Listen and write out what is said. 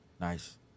nice